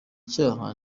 cyaha